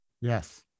Yes